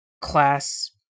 class